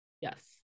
Yes